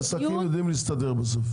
עסקים יודעים להסתדר בסוף.